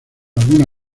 alguna